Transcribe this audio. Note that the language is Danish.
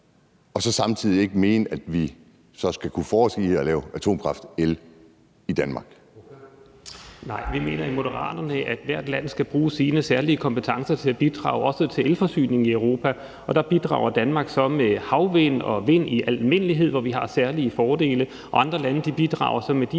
Søe): Ordføreren. Kl. 13:47 Lars Arne Christensen (M): Nej, i Moderaterne mener vi, at hvert land skal bruge sine særlige kompetencer til at bidrage, også til elforsyningen i Europa. Og der bidrager Danmark så med havvind og vind i almindelighed, hvor vi har særlige fordele, og andre lande bidrager så med de